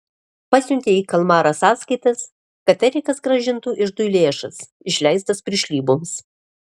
pasiuntė į kalmarą sąskaitas kad erikas grąžintų iždui lėšas išleistas piršlyboms